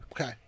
Okay